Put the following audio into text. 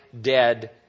dead